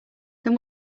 then